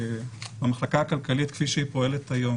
במחלקה הכלכלית כפי שהיא פועלת כיום.